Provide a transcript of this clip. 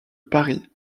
paris